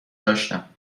داشتم